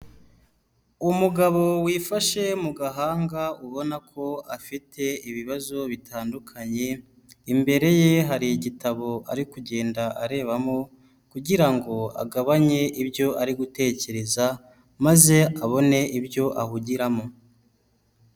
Umugabo wifashe mu gahanga ubona ko afite ibibazo bitandukanye, imbere ye hari igitabo ari kugenda arebamo kugira ngo agabanye ibyo ari gutekereza maze abone ibyo ahugiramo.